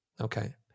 Okay